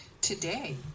today